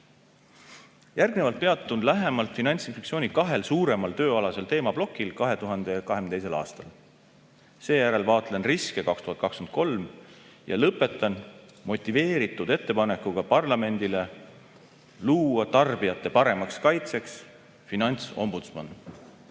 Järgnevalt peatun lähemalt Finantsinspektsiooni kahel suuremal tööalasel teemaplokil 2022. aastal. Seejärel vaatlen riske [aastal] 2023 ja lõpetan motiveeritud ettepanekuga parlamendile luua tarbijate paremaks kaitseks finantsombudsman.